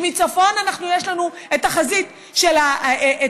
מצפון יש לנו את החזית השיעית,